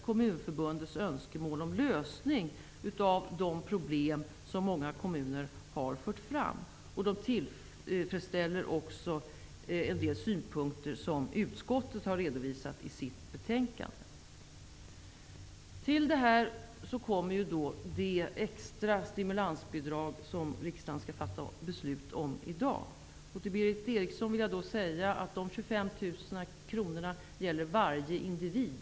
Kommunförbundets önskemål om att lösa de problem som många kommuner har fört fram. De tillfredsställer också en del synpunkter som utskottet har redovisat i sitt betänkande. Till detta kommer det extra stimulansbidrag som riksdagen skall fatta beslut om i dag. Dessa 25 000 kr gäller, Berith Eriksson, varje individ.